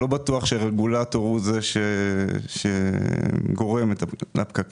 אני לא בטוח שרגולטור הוא זה שגורם לפקקים.